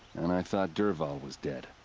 and i thought dervahl was dead.